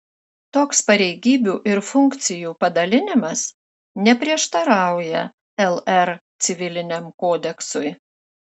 toks pareigybių ir funkcijų padalinimas neprieštarauja lr civiliniam kodeksui